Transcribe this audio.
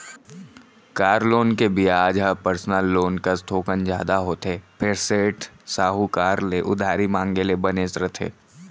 car loan के बियाज ह पर्सनल लोन कस थोकन जादा होथे फेर सेठ, साहूकार ले उधारी मांगे ले बनेच रथे